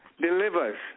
delivers